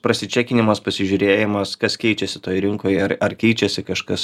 prasičekinimas pasižiūrėjimas kas keičiasi toj rinkoj ar ar keičiasi kažkas